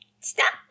stop